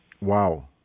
Wow